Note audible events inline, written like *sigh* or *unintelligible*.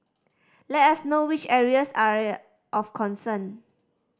let us know which areas are *unintelligible* of concern